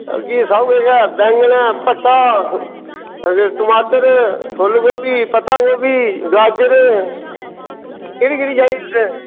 sir ji सब किश ऐ बैंगन ऐ पत्ता टमाटर फुल्लगोबी पत्तागोबी गाजर केहड़ी केहड़ी चाहिदी तुसें